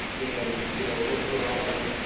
and you know we're getting to a lot of them